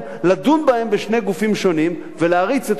לדון בהן בשני גופים שונים ולהריץ את